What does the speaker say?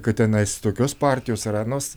kad tenais tokios partijos ar anos